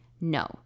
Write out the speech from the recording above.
No